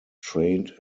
trained